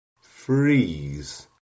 freeze